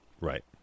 Right